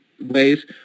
ways